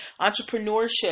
entrepreneurship